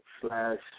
slash